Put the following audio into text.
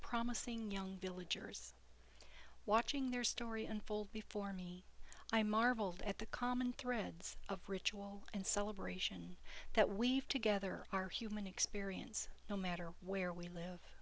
promising young villagers watching their story unfold before me i marveled at the common threads of ritual and celebration that weave together our human experience no matter where we live